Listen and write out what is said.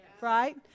Right